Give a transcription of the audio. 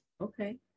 Okay